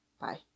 Bye